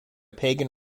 pagan